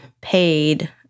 paid